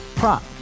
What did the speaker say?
Prop